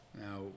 Now